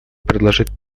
предложить